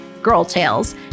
girltales